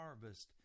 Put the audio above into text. harvest